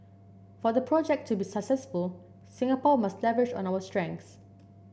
for the project to be successful Singapore must leverage on our strengths